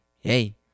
Hey